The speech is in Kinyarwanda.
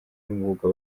y’umwuga